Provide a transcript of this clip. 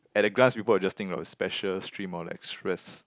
at a glance people will just think oh special stream or less stress